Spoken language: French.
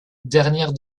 dernière